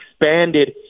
expanded